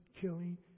killing